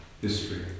history